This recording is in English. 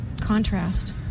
contrast